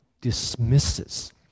dismisses